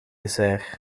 dessert